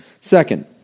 Second